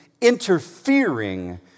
interfering